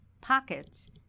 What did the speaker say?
pockets